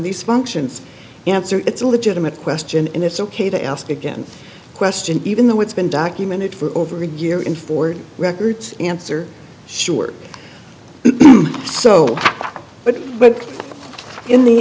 these functions answer it's a legitimate question and it's ok to ask again question even though it's been documented for over a year in ford records answer sure so but but in the